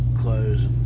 clothes